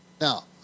Now